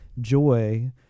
joy